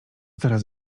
teraz